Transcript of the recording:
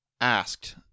asked